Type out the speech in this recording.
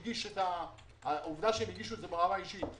ביטל את הצו ואמר: עכשיו אתם יכולים להגיש תביעה חדשה